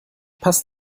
passt